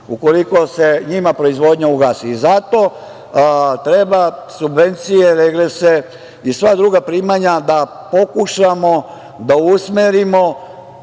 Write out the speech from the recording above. ukoliko se njima proizvodnja ugasi. Zato treba subvencije, regrese i sva druga primanja da pokušamo da usmerimo